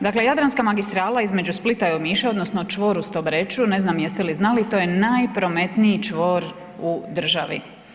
Dakle jadranska magistrala između Splita i Omiša odnosno čvoru Stobreču, ne znam jeste li znali, to je najprometniji čvor u državi.